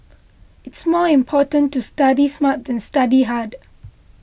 it's more important to study smart than to study hard